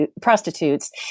prostitutes